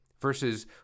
versus